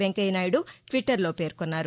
వెంకయ్య నాయుడు ట్విట్టర్లో పేర్కొన్నారు